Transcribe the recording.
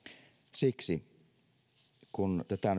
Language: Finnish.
siksi kun tätä